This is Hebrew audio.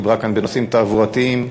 שדיברה כאן בנושאים תעבורתיים,